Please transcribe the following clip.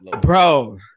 bro